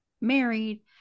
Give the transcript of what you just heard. married